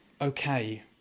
Okay